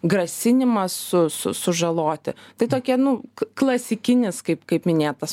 grasinimas su su sužaloti tai tokia nu k klasikinis kaip kaip minėtas